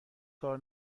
کار